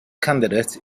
candidate